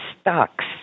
stocks